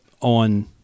on